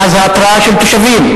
מאז ההתרעה של תושבים,